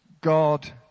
God